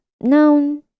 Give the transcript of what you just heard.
noun